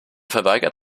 verweigert